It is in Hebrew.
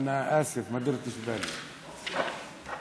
(אומר בערבית: אני מצטער, לא שמתי לב.) בבקשה.